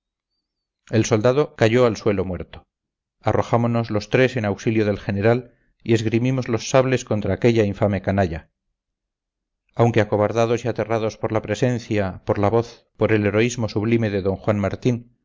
el soldado cayó al suelo muerto arrojámonos los tres en auxilio del general y esgrimimos los sables contra aquella infame canalla aunque acobardados y aterrados por la presencia por la voz por el heroísmo sublime de d juan martín